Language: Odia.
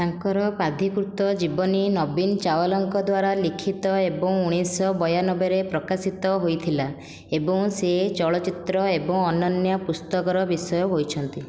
ତାଙ୍କର ପ୍ରାଧିକୃତ ଜୀବନୀ ନବିନ ଚାୱଲାଙ୍କ ଦ୍ୱାରା ଲିଖିତ ଏବଂ ଉଣେଇଶ ଶହ ବୟାନବେରେ ପ୍ରକାଶିତ ହୋଇଥିଲା ଏବଂ ସେ ଚଳଚ୍ଚିତ୍ର ଏବଂ ଅନ୍ୟାନ୍ୟ ପୁସ୍ତକର ବିଷୟ ହୋଇଛନ୍ତି